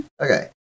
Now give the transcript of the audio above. Okay